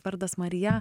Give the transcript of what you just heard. vardas marija